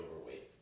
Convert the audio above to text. overweight